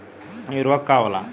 इ उर्वरक का होला?